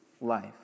life